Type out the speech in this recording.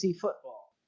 football